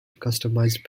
customized